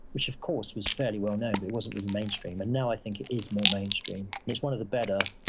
which of course was fairly well known, but it wasn't really mainstream. and now i think it is more mainstream, and it's one of the better,